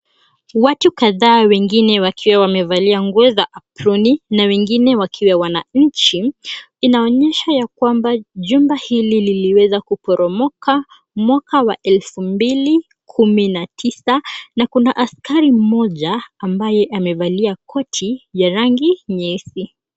Watu kadhaa wengine wakiwa wamevalia nguo za aproni na wengine wakiwa wananchi inaonyesha ya kwamba jumba hili liliweza kuporomoka mwaka wa 2019 na kuna askari mmoja ambaye amevalia koti ya rangi nyeusi.